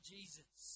Jesus